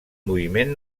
moviment